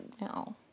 now